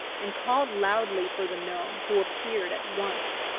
and called loudly for the gnome, who appeared at once,